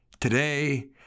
today